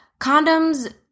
condoms